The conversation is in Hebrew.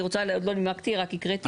רגע, עוד לא נימקתי, רק הקראתי.